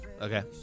Okay